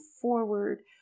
forward